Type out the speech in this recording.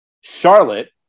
Charlotte